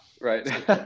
Right